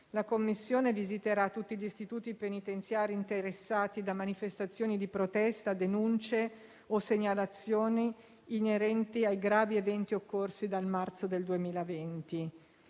La commissione visiterà tutti gli istituti penitenziari interessati da manifestazioni di protesta, denunce o segnalazioni inerenti ai gravi eventi occorsi dal marzo del 2020.